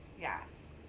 yes